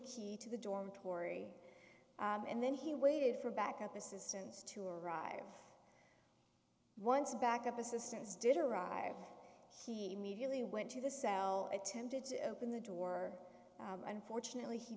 key to the dormitory and then he waited for backup assistance to arrive once backup assistance did arrive he immediately went to the cell attempted to open the door unfortunately he